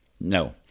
no